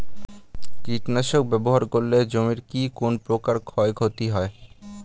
কীটনাশক ব্যাবহার করলে জমির কী কোন প্রকার ক্ষয় ক্ষতি হয়?